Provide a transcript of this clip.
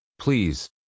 Please